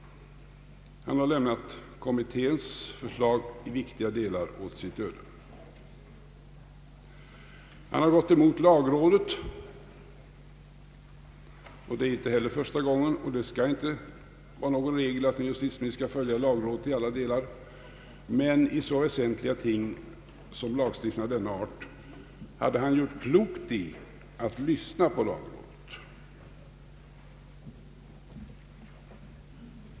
Han har lämnat kommitténs förslag i viktiga delar åt dess öde. Han har gått emot lagrådet, och det är inte heller första gången. Det skall inte vara någon regel att en justitieminister skall följa lagrådet i alla delar, men i så väsentliga ting som lagstiftning av denna art hade han gjort klokt i att lyssna på lagrådet.